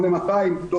אמרה